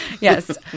Yes